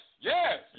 yes